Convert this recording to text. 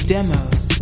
Demos